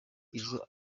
izo